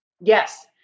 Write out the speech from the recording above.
Yes